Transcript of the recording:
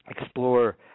explore